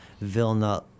Vilna